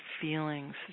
feelings